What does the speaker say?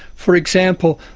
for example,